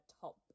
top